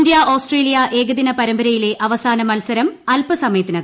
India Australia ഏകദിന പരമ്പരയിലെ അവസാന മത്സരം അൽപ്പസമയത്തിനകം